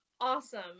awesome